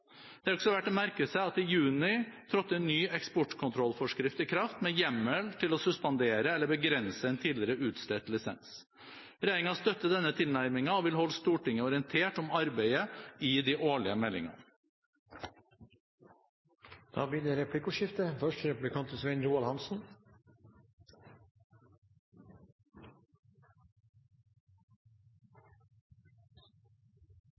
Det er også verd å merke seg at i juni trådte en ny eksportkontrollforskrift i kraft, med hjemmel til å suspendere eller begrense en tidligere utstedt lisens. Regjeringen støtter denne tilnærmingen og vil holde Stortinget orientert om arbeidet i de årlige meldingene. Det blir replikkordskifte. Det